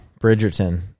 Bridgerton